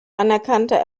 anerkannter